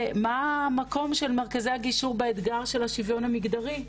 מה המקום של מרכזי הגישור באתגר של השוויון המגדרי?